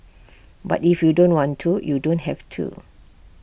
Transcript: but if you don't want to you don't have to